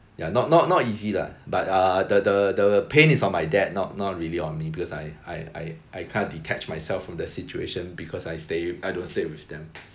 ya not not not easy lah but uh the the the pain is on my dad not not really on me because I I I I kind of detached myself from the situation because I stay I don't stay with them